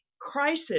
crisis